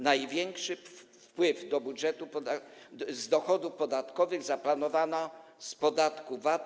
Największy wpływ do budżetu z dochodów podatkowych zaplanowano z podatku VAT.